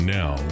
now